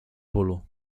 bólu